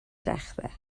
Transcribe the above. dechrau